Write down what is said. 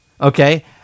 Okay